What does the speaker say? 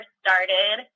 started